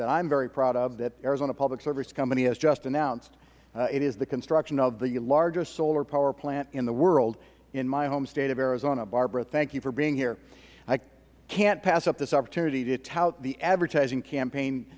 that i'm very proud of that arizona public service company has just announced it is the construction of the largest solar power plant in the world in my home state of arizona barbara thank you for being here i can't pass up this opportunity to tout the advertising campaign